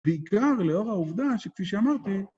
בעיקר לאור העובדה שכפי שאמרתי...